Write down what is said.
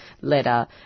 letter